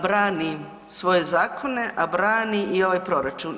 Brani svoje zakone, a brani i ovaj proračun.